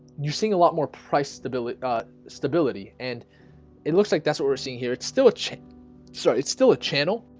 you're seeing a lot more price stability stability, and it looks like that's what we're seeing here. it's still a check sorry so it's still a channel,